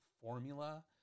formula